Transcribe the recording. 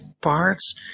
parts